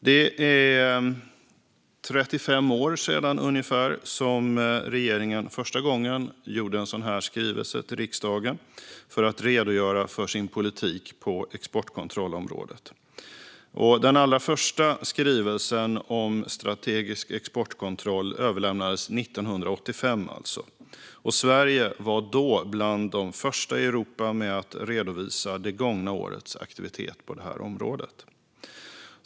Det är ungefär 35 år sedan regeringen för första gången gjorde en sådan här skrivelse till riksdagen för att redogöra för sin politik på exportkontrollområdet. Den allra första skrivelsen om strategisk exportkontroll överlämnades 1985. Sverige var då bland de första i Europa med att redovisa det gångna årets aktivitet på området.